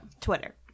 Twitter